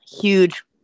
huge